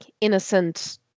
innocent